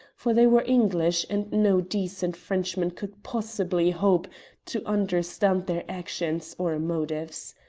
for they were english, and no decent frenchman could possibly hope to understand their actions or motives.